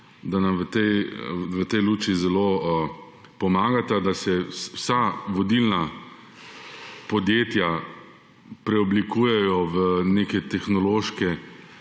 družbe v tej luči zelo pomagata, da se vsa vodilna podjetja preoblikujejo v neke tehnološke